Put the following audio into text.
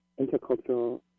intercultural